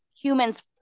humans